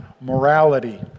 morality